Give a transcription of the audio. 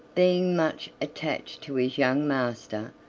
being much attached to his young master,